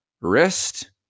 wrist